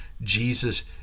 Jesus